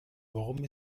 warum